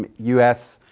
um us,